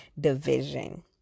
division